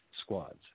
squads